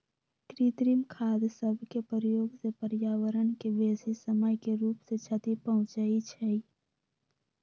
कृत्रिम खाद सभके प्रयोग से पर्यावरण के बेशी समय के रूप से क्षति पहुंचइ छइ